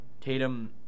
Tatum